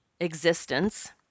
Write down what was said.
existence